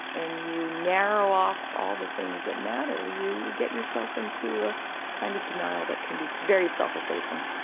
and you narrow off all the things that matter, you get yourself into a kind of denial that can be very self-effacing.